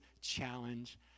challenge